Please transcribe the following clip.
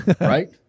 right